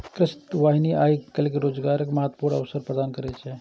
कृषि वानिकी आइ काल्हि रोजगारक महत्वपूर्ण अवसर प्रदान करै छै